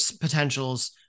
potentials